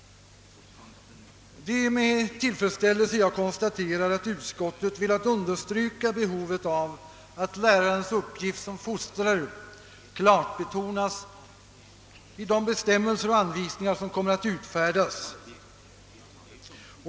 Det är med tillfredsställelse jag konstaterar att utskottet velat understryka behovet av att lärarens uppgift som fostrare klart betonas i de bestämmelser och anvisningar som kommer att utfärdas.